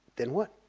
then what?